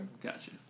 Gotcha